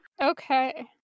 okay